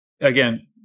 again